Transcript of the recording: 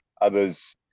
others